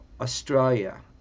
australia